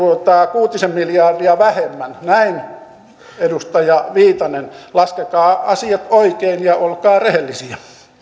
kuutisen miljardia vähemmän näin edustaja viitanen laskekaa asiat oikein ja olkaa rehellisiä